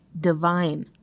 divine